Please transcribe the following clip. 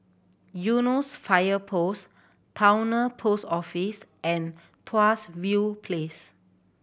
Eunos Fire Post Towner Post Office and Tuas View Place